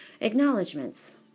Acknowledgements